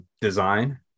design